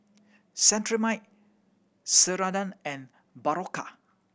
Cetrimide Ceradan and Berocca